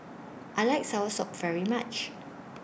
I like Soursop very much